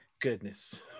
goodness